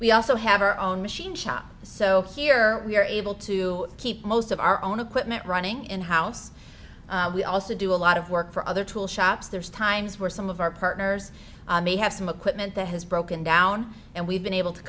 we also have our own machine shop so here we are able to keep most of our own equipment running in house we also do a lot of work for other tool shops there's times where some of our partners may have some equipment that has broken down and we've been able to